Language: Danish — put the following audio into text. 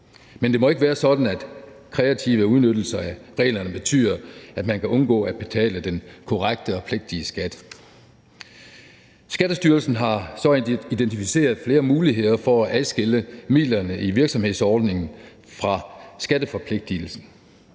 men det må ikke være sådan, at kreative udnyttelser af reglerne betyder, at man kan undgå at betale den korrekte og pligtige skat. Skattestyrelsen har så identificeret flere muligheder for at adskille midlerne i virksomhedsordningen fra skatteforpligtelsen.